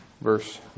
Verse